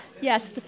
Yes